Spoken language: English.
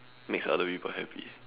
makes other people happy